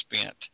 spent